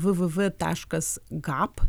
www taškas gap